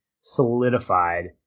solidified